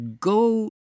go